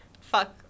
Fuck